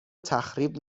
تخریب